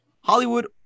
Hollywood